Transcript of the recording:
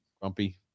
grumpy